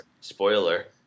Spoiler